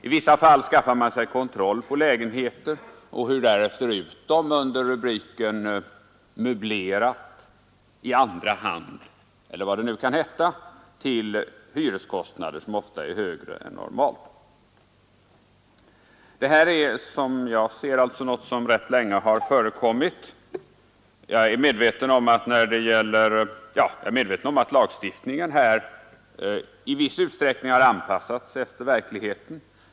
I vissa fall skaffar man sig kontroll över lägenheter och hyr därefter ut dem under rubriken ”Möblerat”, ”I andra hand” eller vad det nu kan heta, och till hyreskostnader som ofta är högre än normalt. Det här är alltså, som jag ser det, någonting som har förekommit rätt länge. Jag är medveten om att lagstiftningen i viss utsträckning har anpassats efter verkligheten.